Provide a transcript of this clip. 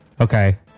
Okay